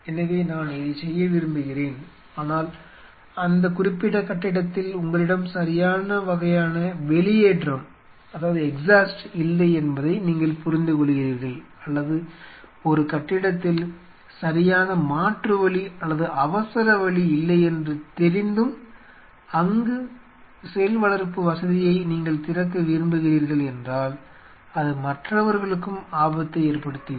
எனவே நான் இதைச் செய்ய விரும்புகிறேன் ஆனால் அந்த குறிப்பிட்ட கட்டிடத்தில் உங்களிடம் சரியான வகையான வெளியேற்றம் இல்லை என்பதை நீங்கள் புரிந்துகொள்கிறீர்கள் அல்லது ஒரு கட்டிடத்தில் சரியான மாற்று வழி அல்லது அவசர வழி இல்லை என்று தெரிந்தும் அங்கு செல் வளர்ப்பு வசதியை நீங்கள் திறக்க விரும்புகிறீர்கள் என்றால் அது மற்றவர்களுக்கும் ஆபத்தை ஏற்படுத்தி விடும்